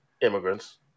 immigrants